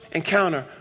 encounter